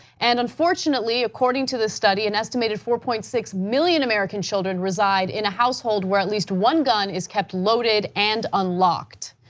and unfortunately according to the study and estimated four point six million american children reside in a household where at least one gun is kept loaded and unlocked.